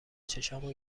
چشامو